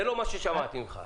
זה לא מה ששמעתי ממך.